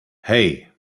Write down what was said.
hey